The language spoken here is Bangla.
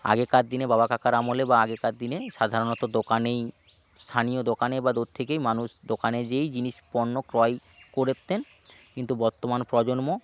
আগেকার দিনে বাবা কাকার আমলে বা আগেকার দিনে সাধারণত দোকানেই স্থানীয় দোকানে বা দূর থেকেই মানুষ দোকানে গিয়েই জিনিস পণ্য ক্রয় করতেন কিন্তু বর্তমান প্রজন্ম